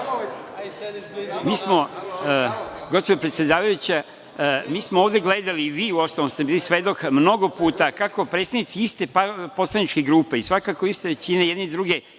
Gospođo predsedavajuća, mi smo ovde gledali i vi, uostalom, ste bili svedok mnogo puta kako predstavnici iste poslaničke grupe i svakako iste većine jedni druge